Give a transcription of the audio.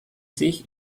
sich